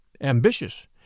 ambitious